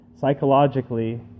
psychologically